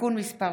(תיקון מס'